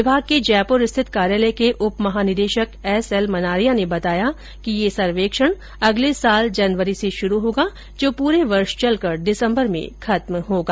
विभाग के जयपुर स्थित कार्यालय के उप महानिदेशक एसएल मनारिया ने बताया कि यह सर्वेक्षण अगले साल जनवरी से शुरू होगा जो पूरे वर्ष चलकर दिसंबर में खत्म होगा